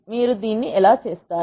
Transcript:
మీరు దీన్ని ఎలా చేస్తారు